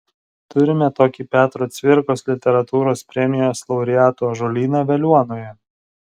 turime tokį petro cvirkos literatūros premijos laureatų ąžuolyną veliuonoje